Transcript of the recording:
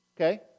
okay